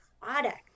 product